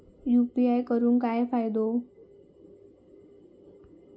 UPI करून काय फायदो?